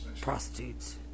prostitutes